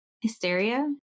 hysteria